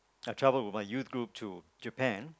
I traveled with my youth group to Japan